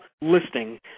listing